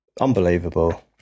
Unbelievable